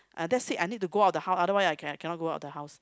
uh that's it I need to go out the house otherwise I can't cannot go out the house